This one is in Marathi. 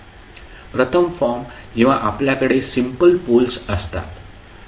प्रथम फॉर्म जेव्हा आपल्याकडे सिम्पल पोलस् असतात